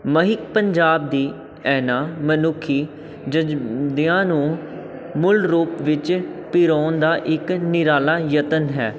ਮਹਿਕ ਪੰਜਾਬ ਦੀ ਇਹਨਾਂ ਮਨੁੱਖੀ ਜਜ ਦਿਆਂ ਨੂੰ ਮੂਲ ਰੂਪ ਵਿੱਚ ਪਿਰੋਣ ਦਾ ਇੱਕ ਨਿਰਾਲਾ ਯਤਨ ਹੈ